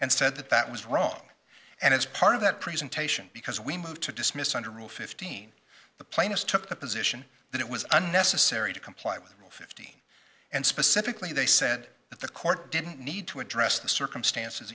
and said that that was wrong and as part of that presentation because we moved to dismiss under rule fifteen the plainest took the position that it was unnecessary to comply with all fifteen and specifically they said that the court didn't need to address the circumstances